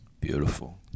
Beautiful